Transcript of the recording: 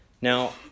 Now